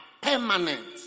permanent